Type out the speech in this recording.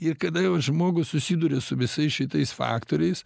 ir kada jau žmogus susiduria su visais šitais faktoriais